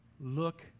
look